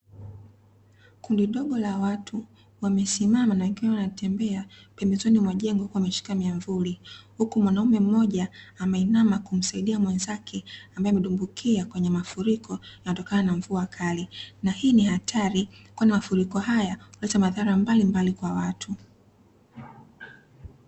Kundi dogo la watu wamesimama na wengine wanatembea pembezoni mwa jengo uku wakishika miavuli, huku mwanaume mmoja ameinama kumsaidia mwenzake ambaye amedumbukia kwenye mafuriko yanayotokana na mvua kali, na hii ni hatari kwani mafuriko haya huleta madhara mbalimbali kwa watu.